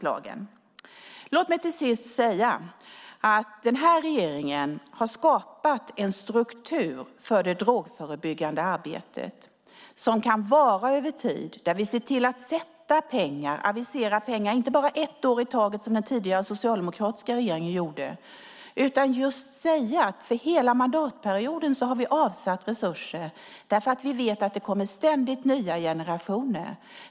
Låt mig till sist säga att den här regeringen har skapat en struktur för det drogförebyggande arbetet som kan vara över tid, där vi ser till att avisera pengar inte bara ett år i taget, som den tidigare socialdemokratiska regeringen gjorde, och vi kan säga att vi för hela mandatperioden har avsatt resurser därför att vi vet att det ständigt kommer nya generationer.